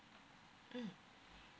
mm